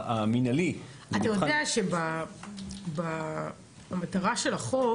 אתה יודע שהמטרה של החוק